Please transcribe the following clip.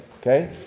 Okay